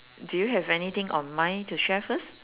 do you have anything on mind to share first